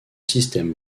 système